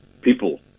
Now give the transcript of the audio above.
people